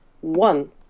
one